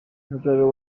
myugariro